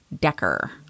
Decker